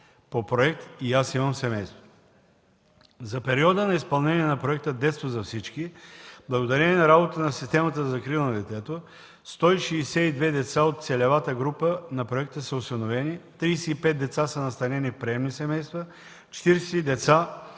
по проект „И аз имам семейство“. За периода на изпълнение на проекта „Детство за всички“, благодарение на работата на системата за закрила на детето 162 деца от целевата група на проекта са осиновени, 35 деца са настанени в приемни семейства, 40 деца